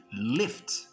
lift